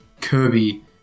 Kirby